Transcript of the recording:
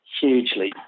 hugely